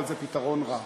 אבל זה פתרון רע.